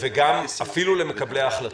וגם אפילו למקבלי ההחלטות.